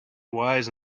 wise